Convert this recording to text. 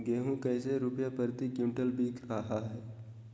गेंहू कैसे रुपए प्रति क्विंटल बिक रहा है?